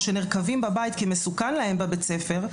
או שנרקבים בבית כי מסוכן להם בבית הספר,